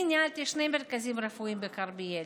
אני ניהלתי שני מרכזים רפואיים בכרמיאל,